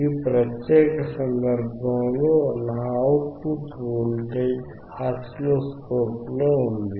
ఈ ప్రత్యేక సందర్భంలో నా అవుట్ పుట్ వోల్టేజ్ ఆసిలోస్కోప్లో ఉంది